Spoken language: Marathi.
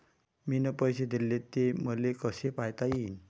मिन पैसे देले, ते मले कसे पायता येईन?